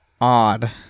odd